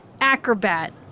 acrobat